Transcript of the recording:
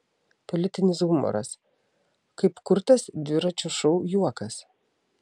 politinis humoras kaip kurtas dviračio šou juokas